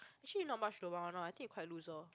actually not much lobang one lor I think you quite loser